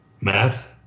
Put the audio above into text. math